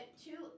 two